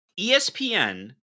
ESPN